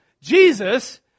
Jesus